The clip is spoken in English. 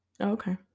okay